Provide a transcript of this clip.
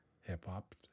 hip-hop